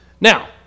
Now